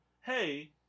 Hey